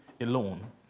alone